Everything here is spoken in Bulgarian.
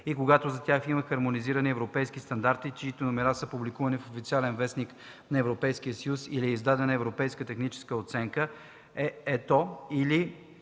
и когато за тях има хармонизирани европейски стандарти, чиито номера са публикувани в „Официален вестник” на Европейския съюз, или е издадена европейска техническа оценка (ЕТО), и